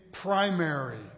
primary